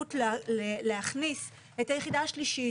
אפשרות להכניס את היחידה השלישית,